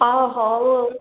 ହଁ ହେଉ ଆଉ